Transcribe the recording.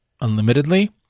unlimitedly